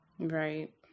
right